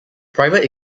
private